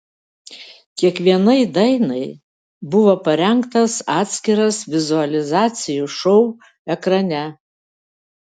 kiekvienai dainai buvo parengtas atskiras vizualizacijų šou ekrane